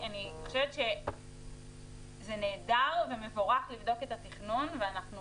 אני חושבת שזה נהדר ומבורך לבדוק את התכנון ואנחנו